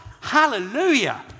Hallelujah